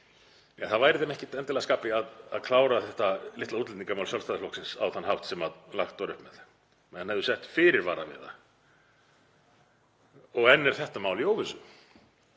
það væri þeim ekkert endilega skapi að klára þetta litla útlendingamál Sjálfstæðisflokksins á þann hátt sem lagt var upp með, menn hefðu sett fyrirvara við það. Og enn er þetta mál í óvissu